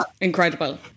incredible